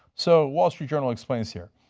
so wall street journal explains here.